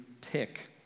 tick